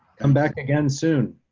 come back again soon.